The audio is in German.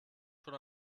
schon